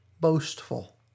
boastful